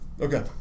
Okay